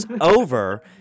over